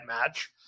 match